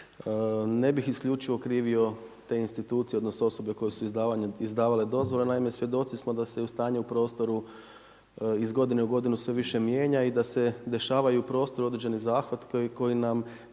Ne bih isključivo krivio te institucije odnosno osobe koje su izdavale dozvole, naime svjedoci smo da se i stanje u prostoru iz godine u godinu sve više mijenja i da se dešavaju u prostoru određeni zahvati koji nam,